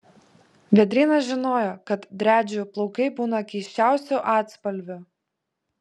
vėdrynas žinojo kad driadžių plaukai būna keisčiausių atspalvių